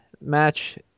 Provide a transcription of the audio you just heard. match